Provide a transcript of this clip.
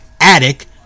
attic